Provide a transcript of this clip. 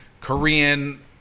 Korean